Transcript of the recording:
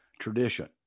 tradition